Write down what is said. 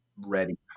ready